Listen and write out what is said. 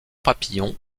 papillon